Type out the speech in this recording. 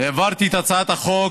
העברתי את הצעת החוק,